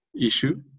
issue